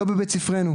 לא בבית ספרי,